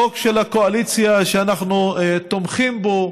חוק של הקואליציה שאנחנו תומכים בו,